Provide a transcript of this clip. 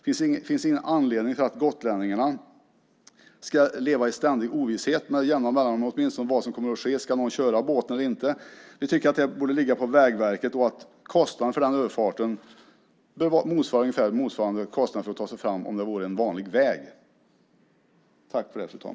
Det finns ingen anledning att gotlänningarna med jämna mellanrum ska leva i ovisshet om vad som kommer att ske. Ska någon köra båten eller inte? Vi tycker att detta borde ligga på Vägverket. Kostnaden för den överfarten borde ungefär motsvara kostnaden för att ta sig fram om det vore fråga om en vanlig väg.